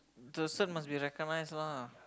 the cert must be recognise lah